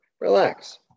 relax